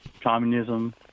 communism